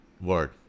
word